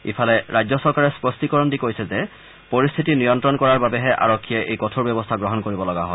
ইফালে ৰাজ্য চৰকাৰে স্পষ্টীকৰণৰ দি কৈছে যে পৰিস্থিতি নিয়ন্ত্ৰণ কৰাৰ বাবে আৰক্ষীয়ে এই কঠোৰ ব্যৱস্থা গ্ৰহণ কৰিব লগা হয়